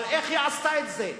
אבל איך היא עשתה את זה?